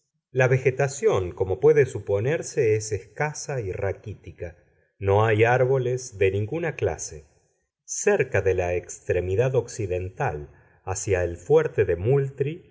la vegetación como puede suponerse es escasa y raquítica no hay árboles de ninguna clase cerca de la extremidad occidental hacia el fuerte de moultrie